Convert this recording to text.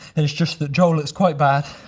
and it's just that joel looks quite bad.